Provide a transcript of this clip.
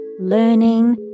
learning